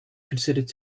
considered